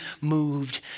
moved